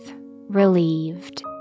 relieved